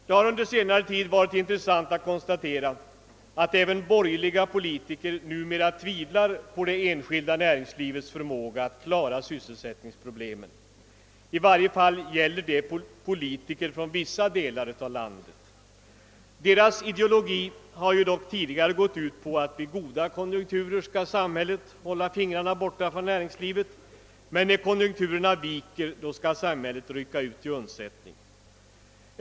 Det har under senare tid varit intressant att konstatera att även borgerliga politiker numera tvivlar på det enskilda näringslivets förmåga att klara sysselsättningsproblemen. I varje fall gäller det politiker i vissa delar av landet. Deras ideologi har tidigare gått ut på att samhället i goda konjunkturer skall hålla fingrarna borta från näringslivet, men när konjunkturerna viker skall samhället rycka ut till undsättning.